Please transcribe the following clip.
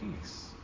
peace